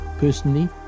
Personally